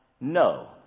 No